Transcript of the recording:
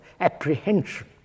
apprehension